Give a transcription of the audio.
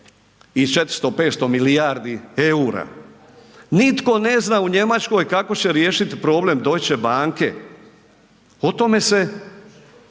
1.400 – 500 milijardi EUR-a. Nitko ne zna u Njemačkoj kako će riješiti problem Deutsche Banke, o tome se